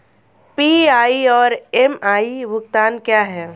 PI और MI भुगतान क्या हैं?